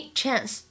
chance